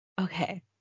Okay